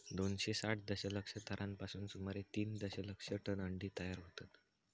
दोनशे साठ दशलक्ष थरांपासून सुमारे तीन दशलक्ष टन अंडी तयार होतत